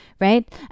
right